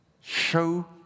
Show